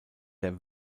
der